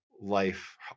life